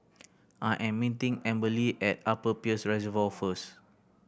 I am meeting Amberly at Upper Peirce Reservoir first